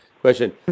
question